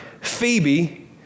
Phoebe